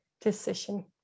decision